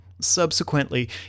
Subsequently